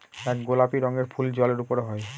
এক গোলাপি রঙের ফুল জলের উপরে হয়